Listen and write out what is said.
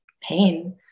pain